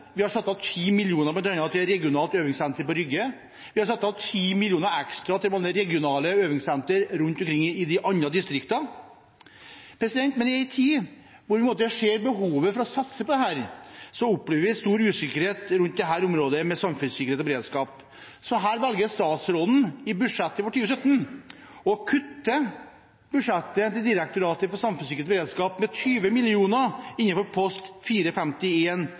Vi har bl.a. satt av 10 mill. kr til regionalt øvingssenter på Rygge. Vi har satt av 10 mill. kr ekstra til regionale øvingssentre rundt omkring i de andre distriktene. Men i en tid hvor vi ser behovet for å satse på dette, opplever vi stor usikkerhet på området for samfunnssikkerhet og beredskap. Statsråden velger i budsjettet for 2017 å kutte i budsjettet til Direktoratet for samfunnssikkerhet og beredskap med 20 mill. kr – kapittel 451, post